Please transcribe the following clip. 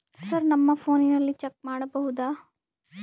Sir ನಮ್ಮ ಫೋನಿನಲ್ಲಿ check ಮಾಡಬಹುದಾ?